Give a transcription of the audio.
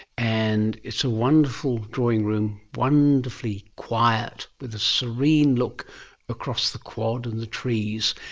and it's a wonderful drawing-room, wonderfully quiet with a serene look across the quad and the trees,